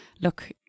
look